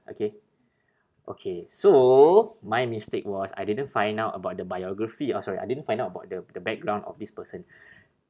okay okay so my mistake was I didn't find out about the biography oh sorry I didn't find out about the the background of this person